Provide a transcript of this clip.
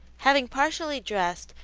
having partially dressed,